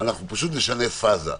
אנחנו פשוט נשנה פאזה.